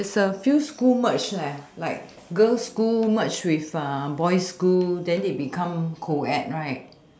there's a few school merge leh like girl's school merge with err boy's school then they become coed right